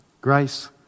grace